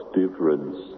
difference